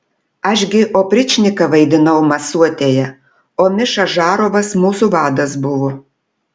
aš gi opričniką vaidinau masuotėje o miša žarovas mūsų vadas buvo